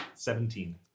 Seventeen